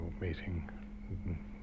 meeting